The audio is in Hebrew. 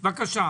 בבקשה.